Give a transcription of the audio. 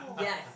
Yes